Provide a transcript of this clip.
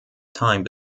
time